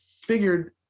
figured